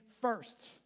first